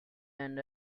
and